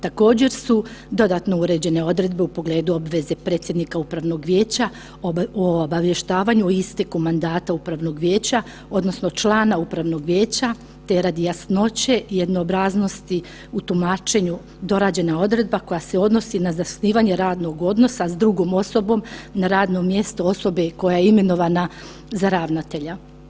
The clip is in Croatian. Također su dodatno uređene odredbe u pogledu obveze predsjednika Upravnog vijeća u obavještavanju o isteku mandata Upravnog vijeća odnosno člana Upravnog vijeća, te radi jasnoće i jednoobraznosti u tumačenju dorađena je odredba koja se odnosi na zasnivanje radnog odnosa s drugom osobom na radnom mjestu osobe koja je imenovana za ravnatelja.